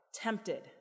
tempted